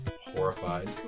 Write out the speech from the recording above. horrified